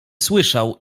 słyszał